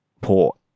port